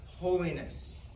holiness